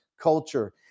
culture